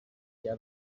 vya